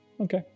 Okay